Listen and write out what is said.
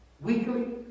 weekly